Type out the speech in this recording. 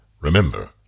remember